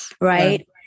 Right